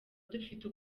dufite